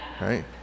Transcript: right